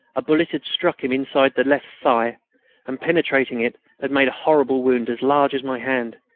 a bullet had struck him inside the left thigh and, penetrating it, had made a horrible wound, as large as my hand,